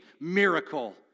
miracle